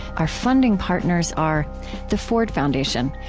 our funding partners are the ford foundation,